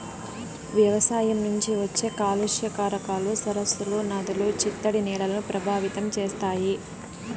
వ్యవసాయం నుంచి వచ్చే కాలుష్య కారకాలు సరస్సులు, నదులు, చిత్తడి నేలలను ప్రభావితం చేస్తాయి